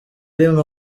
rimwe